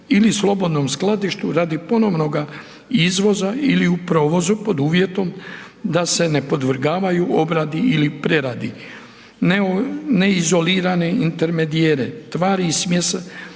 ili slobodnom skladištu radi ponovnoga izvoza ili u provozu, pod uvjetom da se ne podvrgavaju obradi ili preradi. Neizolirane .../Govornik se